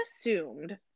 assumed